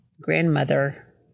grandmother